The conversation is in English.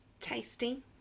tasty